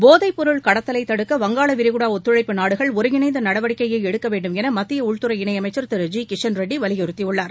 போதைப்பொருள் கடத்தலை தடுக்க வங்காள விரிகுடா ஒத்துழழப்பு நாடுகள் ஒருங்கிணநைத நடவடிக்கையை எடுக்க வேண்டுமௌ மத்திய உள்துறை இணையளமச்சர் திரு ஜி கிஷன் ரெட்டி வலியுறுத்தியுள்ளார்